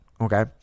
Okay